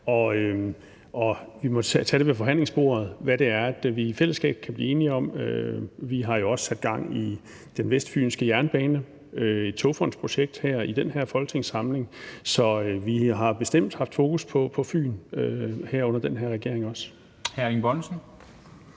vi må tage ved forhandlingsbordet, hvad det er, vi i fællesskab kan blive enige om. Vi har jo også sat gang i den vestfynske jernbane i et togfondsprojekt i den her folketingssamling. Så vi har bestemt haft fokus på Fyn, også under den her regering. Kl. 10:39 Formanden